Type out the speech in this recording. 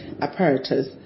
apparatus